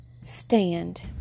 stand